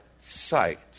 sight